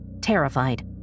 terrified